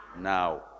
Now